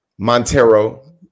Montero